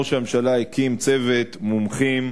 ראש הממשלה הקים צוות מומחים,